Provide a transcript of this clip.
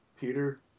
Peter